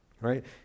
right